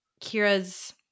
Kira's